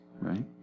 right